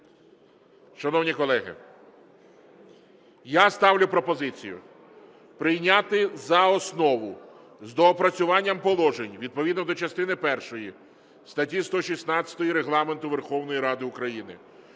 Шановні колеги, я ставлю пропозицію прийняти за основу з доопрацюванням положень відповідно до частини першої статті 116 Регламенту Верховної Ради України